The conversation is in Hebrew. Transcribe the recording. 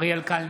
אריאל קלנר,